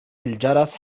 الجرس